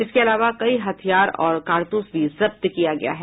इसके अलावा कई हथियार और कारतूस भी जब्त किया गया है